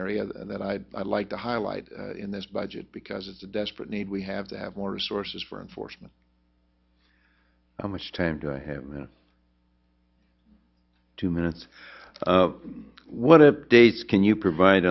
area that i'd like to highlight in this budget because it's a desperate need we have to have more resources for enforcement how much time do i have two minutes what dates can you provide